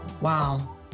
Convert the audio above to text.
Wow